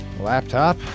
laptop